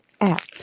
app